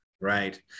Right